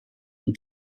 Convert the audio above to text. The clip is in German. und